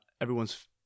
everyone's